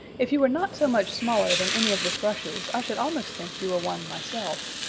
if you were not so much smaller than any of the thrushes i should almost think you were one myself.